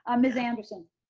um miss anderson.